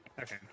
okay